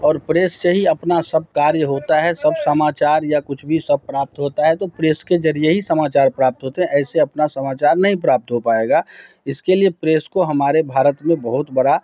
और प्रेस से ही अपना सब कार्य होता है सब समाचार या कुछ भी सब प्राप्त होता है तो प्रेस के ज़रिए ही समाचार प्राप्त होते हैं तो ऐसे अपना समाचार नहीं प्राप्त हो पाएगा इसके लिए प्रेस को हमारे भारत में बहुत बड़ा